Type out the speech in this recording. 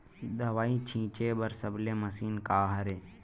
दवाई छिंचे बर सबले मशीन का हरे?